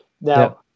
Now